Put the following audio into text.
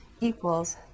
equals